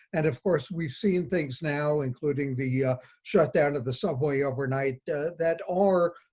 and of course, we've seen things now, including the ah shutdown of the subway overnight that are,